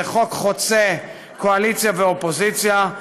זה חוק חוצה קואליציה ואופוזיציה,